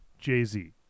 Jay-Z